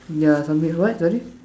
ya something what sorry